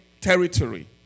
territory